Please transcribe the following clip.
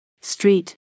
Street